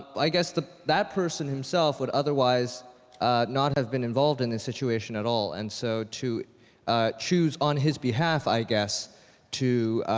i guess that that person himself would otherwise not have been involved in the situation at all and so to choose on his behalf i guess to